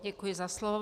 Děkuji za slovo.